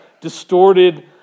distorted